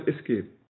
escape